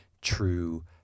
true